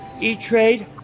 E-Trade